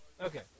okay